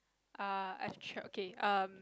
err I've check okay um